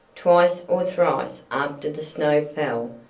twice or thrice after the snow fell,